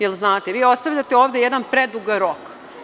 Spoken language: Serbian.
Jer, znate, vi ostavljate ovde jedan predugi rok.